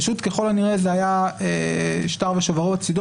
פשוט ככל הנראה זה היה שטר ושוברו בצידו